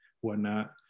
whatnot